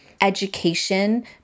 education